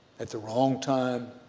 at the wrong time,